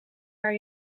haar